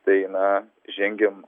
tai na žengiam